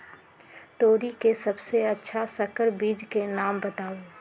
तोरी के सबसे अच्छा संकर बीज के नाम बताऊ?